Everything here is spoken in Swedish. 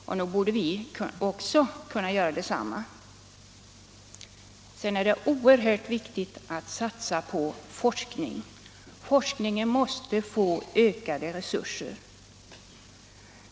Nog borde vi kunna göra detsamma! Sedan är det oerhört viktigt att satsa på forskning. Forskningen måste få ökade resurser.